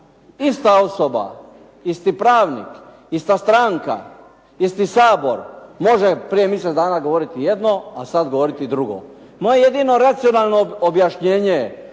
ista osoba, isti pravnik, ista stranka, isti Sabor može prije mjesec dana govoriti jedno, a sad govoriti drugo. Moje jedino racionalno objašnjenje